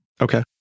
Okay